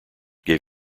gave